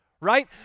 Right